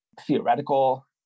theoretical